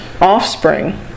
offspring